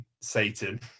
Satan